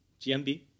GMB